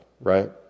right